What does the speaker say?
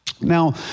Now